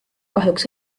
kahjuks